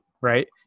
right